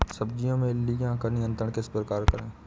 सब्जियों में इल्लियो का नियंत्रण किस प्रकार करें?